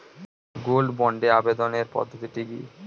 Gold বন্ডে আবেদনের পদ্ধতিটি কি?